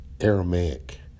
Aramaic